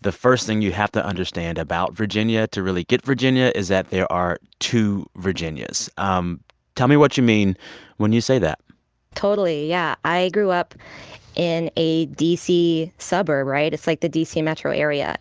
the first thing you have to understand about virginia to really get virginia is that there are two virginias. um tell me what you mean when you say that totally, yeah. i grew up in a d c. suburb. right? it's, like, the d c. metro area.